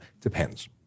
Depends